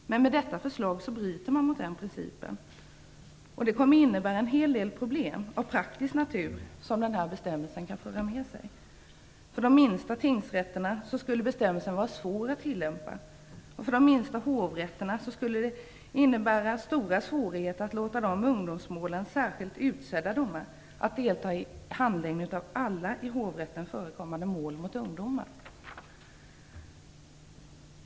Men med detta förslag bryter man mot den principen. Den bestämmelsen kan föra med sig en hel del problem av praktisk natur. För de minsta tingsrätterna skulle bestämmelsen vara svår att tillämpa. För de minsta hovrätterna skulle det innebära stora svårigheter att låta de till ungdomsmålen särskilt utsedda domarna delta i handläggningen av alla i hovrätten förekommande mål mot ungdomar.